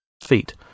Feet